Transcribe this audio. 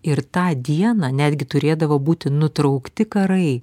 ir tą dieną netgi turėdavo būti nutraukti karai